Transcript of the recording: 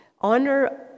Honor